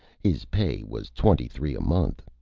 his pay was twenty-three a month,